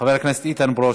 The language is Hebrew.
חבר הכנסת איתן ברושי,